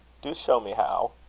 do show me how.